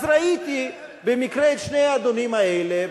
אז ראיתי במקרה את שני האדונים האלה,